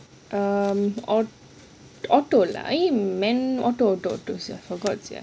um auto lah eh man manua~ auto auto auto forgot sia